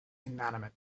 inanimate